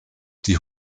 die